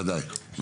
בוודאי.